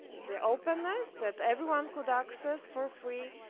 the openness, that everyone could access for free.